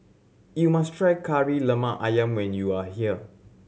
you must try Kari Lemak Ayam when you are here